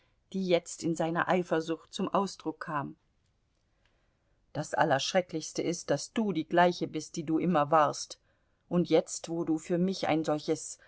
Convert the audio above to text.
die jetzt in seiner eifersucht zum ausdruck kam das allerschrecklichste ist daß du die gleiche bist die du immer warst und jetzt wo du für mich ein solches